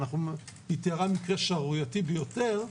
והיא תיארה מקרה שערורייתי ביותר,